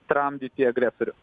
tramdyti agresorių